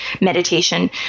meditation